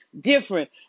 different